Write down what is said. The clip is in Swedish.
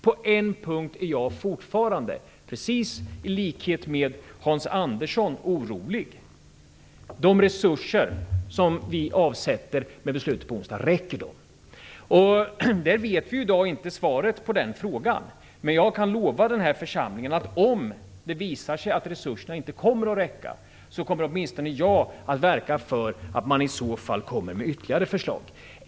På en punkt är jag fortfarande orolig, i likhet med Hans Andersson, och det gäller de resurser som vi avsätter genom beslutet på onsdag: Räcker de? Vi vet inte svaret på den frågan i dag. Men jag kan lova den här församlingen, att om det visar sig att resurserna inte räcker så kommer åtminstone jag att verka för att det läggs fram ytterligare förslag.